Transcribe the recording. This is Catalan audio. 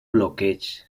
bloqueig